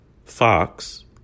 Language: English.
Fox